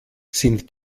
sind